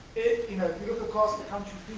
you know you look across the country,